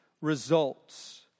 results